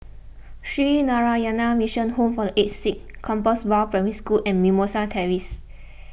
Sree Narayana Mission Home for the Aged Sick Compassvale Primary School and Mimosa Terrace